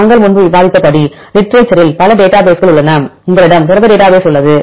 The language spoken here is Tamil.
நாங்கள் முன்பு விவாதித்தபடி லிட்டரேச்சர் இல் பல டேட்டாபேஸ் உள்ளன உங்களிடம் புரத டேட்டாபேஸ் உள்ளது